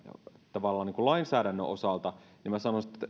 lainsäädännön osalta minä sanoisin että